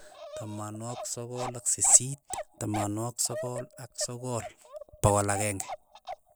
Tamanwogik sogol ak sisiit, tamanwogik sogol ak sogol, pogol akeng'e.